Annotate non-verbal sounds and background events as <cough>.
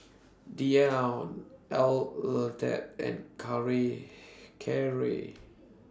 Dion Arleth and <unintelligible> Kerrie